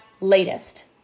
latest